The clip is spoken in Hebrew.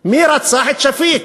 מי רצח את שפיק?